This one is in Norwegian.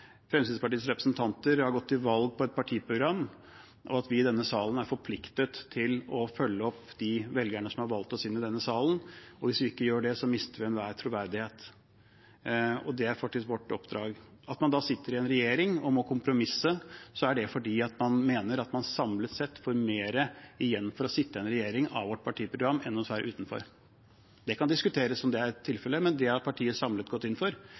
Fremskrittspartiets representanter har gått til valg på et partiprogram, og at vi i denne salen er forpliktet til å følge opp de velgerne som har valgt oss inn i denne salen. Hvis vi ikke gjør det, mister vi enhver troverdighet. Det er faktisk vårt oppdrag. Når man sitter i en regjering og må kompromisse, er det fordi man mener at vi med vårt partiprogram samlet sett får mer igjen for å sitte i en regjering enn av å stå utenfor. Det kan diskuteres om det er tilfellet, men det har partiet samlet gått inn for.